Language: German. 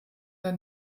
der